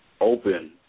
open